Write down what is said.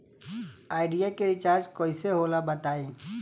Idea के recharge कइसे होला बताई?